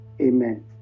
Amen